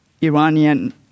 Iranian